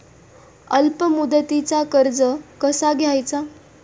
अल्प मुदतीचा कर्ज कसा घ्यायचा?